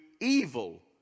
evil